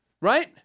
Right